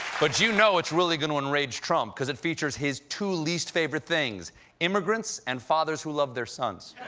but you know it's really going to enrage trump. because it features his two least-favorite things immigrants and fathers who love their sons.